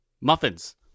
muffins